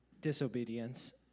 disobedience